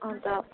अन्त